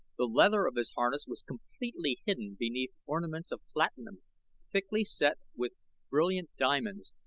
the leather of his harness was completely hidden beneath ornaments of platinum thickly set with brilliant diamonds,